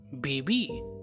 baby